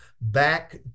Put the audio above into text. back